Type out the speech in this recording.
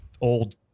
old